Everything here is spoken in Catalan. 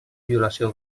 violació